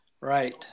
Right